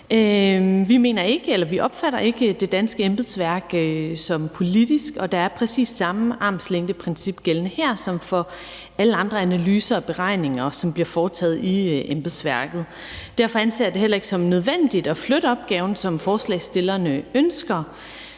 Vi opfatter ikke det danske embedsværk som politisk, og der er præcis samme armslængdeprincip gældende her som for alle andre analyser og beregninger, som bliver foretaget i embedsværket. Derfor anser jeg det heller ikke som nødvendigt at flytte opgaven, som forslagsstillerne ønsker.